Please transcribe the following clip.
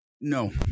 No